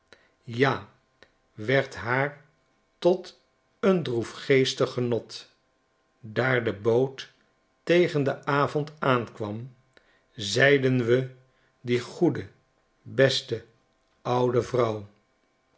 ja werd haar tot een droefgeestig genot daar de hoot tegen den avond aankwam zeiden we die goede beste oude vrouw